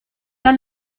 der